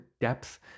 depth